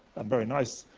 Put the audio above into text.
and very nice.